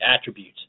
attributes